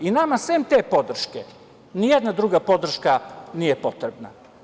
Nama sem te podrške nijedna druga podrška nije potrebna.